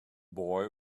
boy